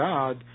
God